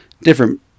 different